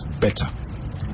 better